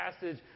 passage